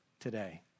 today